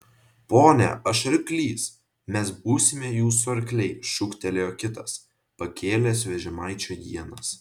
pone aš arklys mes būsime jūsų arkliai šūktelėjo kitas pakėlęs vežimaičio ienas